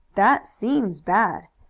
that seems bad.